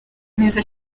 neza